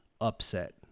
upset